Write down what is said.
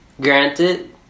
granted